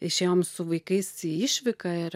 išėjom su vaikais į išvyką ir